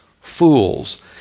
fools